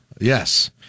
yes